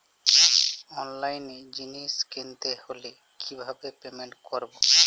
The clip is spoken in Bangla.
অনলাইনে জিনিস কিনতে হলে কিভাবে পেমেন্ট করবো?